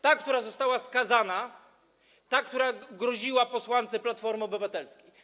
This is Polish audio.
Ta, która została skazana, ta, która groziła posłance Platformy Obywatelskiej.